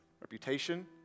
reputation